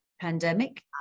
pandemic